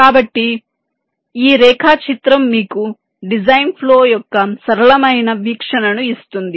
కాబట్టి ఈ రేఖాచిత్రం మీకు డిజైన్ ఫ్లో యొక్క సరళమైన వీక్షణను ఇస్తుంది